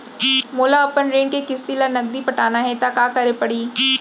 मोला अपन ऋण के किसती ला नगदी पटाना हे ता का करे पड़ही?